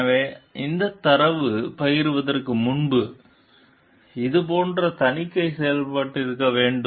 எனவே இந்தத் தரவைப் பகிர்வதற்கு முன் இது போன்ற தணிக்கை செய்யப்பட்டிருக்க வேண்டும்